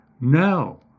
No